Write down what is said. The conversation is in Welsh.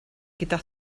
gyda